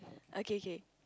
okay okay